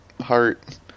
heart